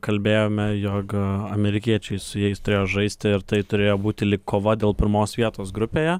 kalbėjome jog amerikiečiai su jais turėjo žaisti ir tai turėjo būti lyg kova dėl pirmos vietos grupėje